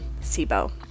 SIBO